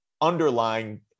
underlying